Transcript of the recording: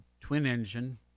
twin-engine